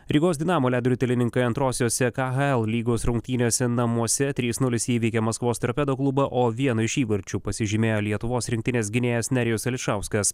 rygos dinamo ledo ritulininkai antrosiose khl lygos rungtynėse namuose trys nulis įveikė maskvos tarpedo klubą o vienu iš įvarčiu pasižymėjo lietuvos rinktinės gynėjas nerijus ališauskas